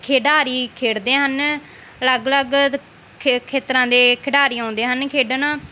ਖਿਡਾਰੀ ਖੇਡਦੇ ਹਨ ਅਲੱਗ ਅਲੱਗ ਖੇ ਖੇਤਰਾਂ ਦੇ ਖਿਡਾਰੀ ਆਉਂਦੇ ਹਨ ਖੇਡਣ